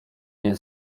nie